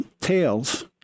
tails